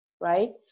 right